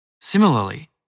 Similarly